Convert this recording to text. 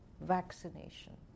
Vaccination